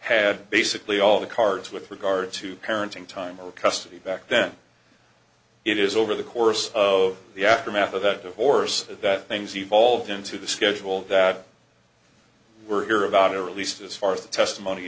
had basically all the cards with regard to parenting time or custody back then it is over the course of the aftermath of that divorce that things evolved into the schedule that we're here about or at least as far as the testimony